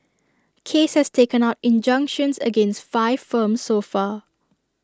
case has taken out injunctions against five firms so far